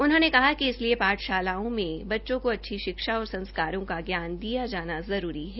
उन्होंने कहा कि इसलिए पाठशालाओं में बच्चों को अच्छी शिक्षा और संस्कारों का ज्ञान दिया जाना जरूरी है